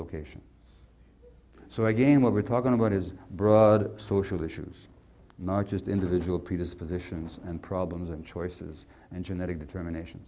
dislocation so again what we're talking about is broad social issues not just individual predispositions and problems and choices and genetic determination